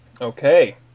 Okay